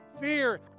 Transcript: fear